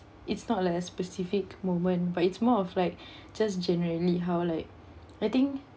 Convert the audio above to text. it's not like a specific moment but it's more of like just generally how like I think